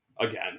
again